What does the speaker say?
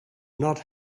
not